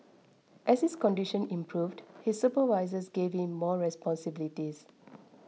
as his condition improved his supervisors gave him more responsibilities